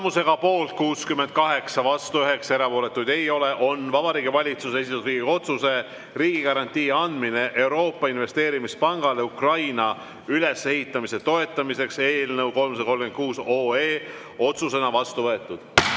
Tulemusega poolt 68, vastu 9, erapooletuid ei ole, on Vabariigi Valitsuse esitatud Riigikogu otsuse "Riigigarantii andmine Euroopa Investeerimispangale Ukraina ülesehitamise toetamiseks" eelnõu 336 otsusena vastu võetud.